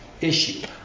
issue